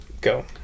go